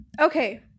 Okay